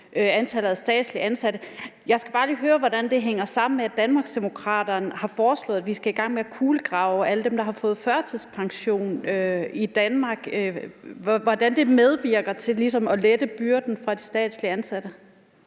lige høre, hvordan det hænger sammen med, at Danmarksdemokraterne har foreslået, at vi skal i gang med at kulegrave alle dem, der har fået førtidspension i Danmark, altså hvordan det medvirker til ligesom at lette byrden i forhold til de statsligt ansatte.